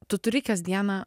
tu turi kasdieną